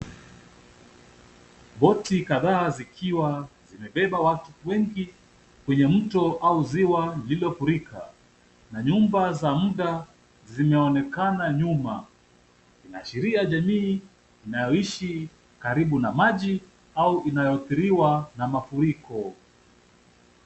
Boti kadhaa zikiwa zimebeba watu wengi kwenye mto au ziwa lililofurika, na nyumba za muda zimeonekana nyuma. Inaashiria jamii inayoshi karibu na maji au inayoathiriwa na mafuriko.